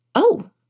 Oh